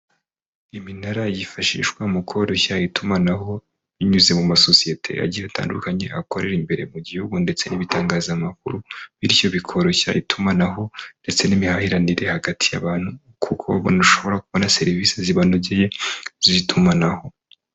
Iminara yifashishwa mu koroshya itumanaho binyuze mu masosiyete agiye atandukanye akorera imbere mu gihugu ndetse n'ibitangazamakuru bityo bikoroshya itumanaho ndetse n'imihahiranire hagati y'abantu kuko banashobora kubona serivisi zibanogeye z'itumanaho.